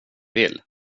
vill